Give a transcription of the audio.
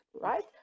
right